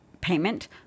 payment